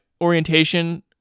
orientation